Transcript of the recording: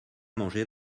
mangé